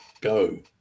go